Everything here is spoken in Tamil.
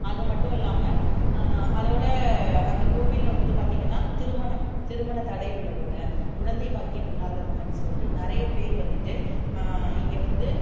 அதுமட்டும் இல்லாம அதோட அந்த கோவிலில் வந்துவிட்டு பார்த்திங்கன்னா திருமணம் திருமணத்தடை உள்ளவங்க குழந்தை பாக்கியம் இல்லாதவங்கன்னு சொல்லிட்டு நிறைய பேர் வந்துவிட்டு இங்கே வந்து